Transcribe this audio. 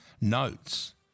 notes